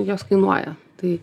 jos kainuoja tai